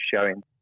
showing